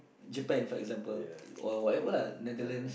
Japan for example or whatever lah Netherlands